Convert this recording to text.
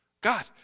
God